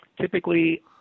Typically